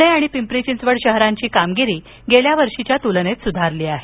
पूणे आणि पिंपरी चिंचवड शहरांची कामगिरी गेल्या वर्षीच्या तूलनेत सुधारली आहे